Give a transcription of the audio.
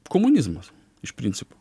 komunizmas iš principo